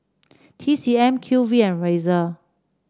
T C M Q V and Razer